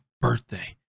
birthday